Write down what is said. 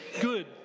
good